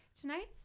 tonight's